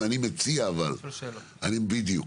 ואני מציע לשאול שאלות,